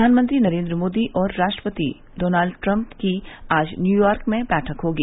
प्रवानमंत्री नरेन्द्र मोदी और राष्ट्रपति डॉनल्ड ट्रम्प की आज न्यूयार्क में बैठक होगी